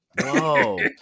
Whoa